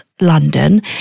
London